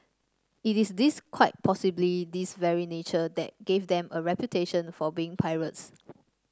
it is this quite possibly this very nature that gave them a reputation for being pirates